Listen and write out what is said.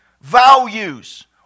values